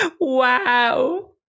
wow